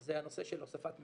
זה הנושא של הוספת מסיח.